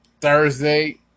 Thursday